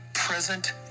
Present